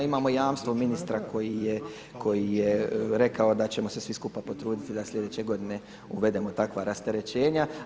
I imamo jamstvo ministra koji je rekao da ćemo se svi skupa potruditi da sljedeće godine uvedemo takva rasterećenja.